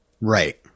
Right